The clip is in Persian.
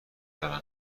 دارن